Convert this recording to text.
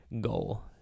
goal